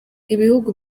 ibihugu